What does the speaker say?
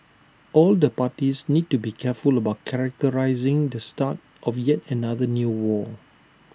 all the parties need to be careful about characterising the start of yet another new war